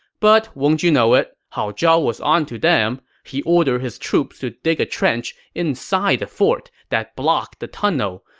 but won't you know it, hao zhao was on to them. he ordered his troops to dig a trench inside the fort that blocked the tunnel,